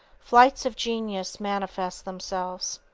flights of genius manifest themselves.